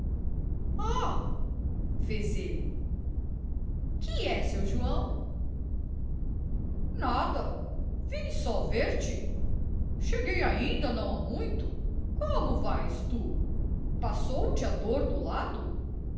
ele que é seu joão nada vim só ver-te cheguei ainda não há muito como vais tu passou te a dor do lado